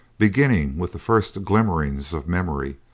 beginning with the first glimmerings of memory,